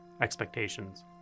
expectations